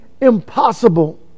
impossible